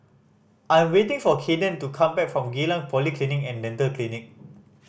I'm waiting for Kaden to come back from Geylang Polyclinic And Dental Clinic